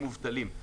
מובטלים.